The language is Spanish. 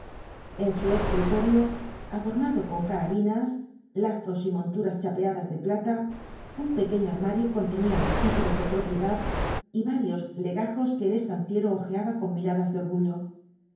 en su escritorio adornado con carabinas lazos y monturas chapeadas de plata un pequeño armario contenía los títulos de propiedad y varios legajos que el estanciero hojeaba con miradas de orgullo